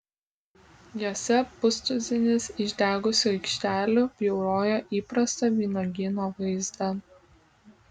jose pustuzinis išdegusių aikštelių bjaurojo įprastą vynuogyno vaizdą